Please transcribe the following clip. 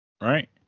right